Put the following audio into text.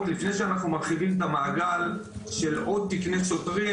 לפני שאנחנו מרחיבים את המעגל של עוד תקני שוטרים,